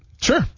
Sure